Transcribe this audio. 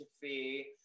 fee